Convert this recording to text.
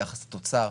ביחס לתוצר,